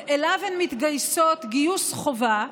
שאליו הן מתגייסות גיוס חובה,